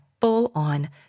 full-on